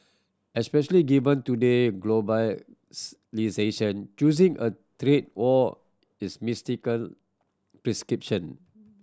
especially given today globalisation choosing a trade war is mistaken prescription